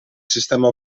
sistema